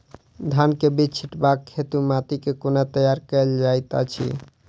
धान केँ बीज छिटबाक हेतु माटि केँ कोना तैयार कएल जाइत अछि?